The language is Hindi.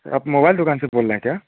सर आप मोबाइल दुकान से बोल रहे हैं क्या